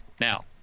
Now